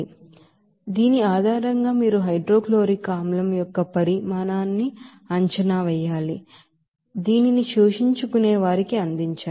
కాబట్టి దీని ఆధారంగా మీరు హైడ్రోక్లోరిక్ ఆసిడ్ యొక్క వాల్యూంన్నిపరిమాణా అంచనా వేయాలి దీనిని శోషించుకునేవారికి అందించాలి